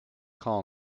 call